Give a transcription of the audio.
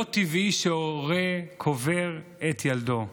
לא טבעי שהורה קובר את ילדו.